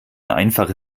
einfache